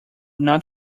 not